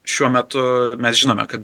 šiuo metu mes žinome kad